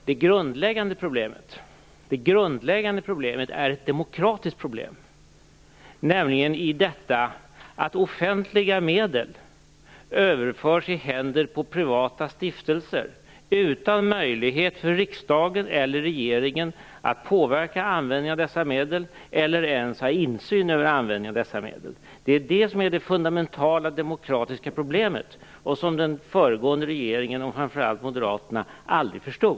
Herr talman! Det grundläggande problemet är ett demokratiskt problem, nämligen detta att offentliga medel överförs i händerna på privata stiftelser utan möjlighet för riksdagen eller regeringen att påverka användningen av dessa medel eller ens ha insyn över användningen av dessa medel. Det är det fundamentala demokratiska problemet. Den föregående regeringen, och framför allt moderaterna, förstod aldrig det.